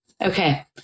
Okay